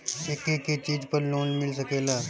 के के चीज पर लोन मिल सकेला?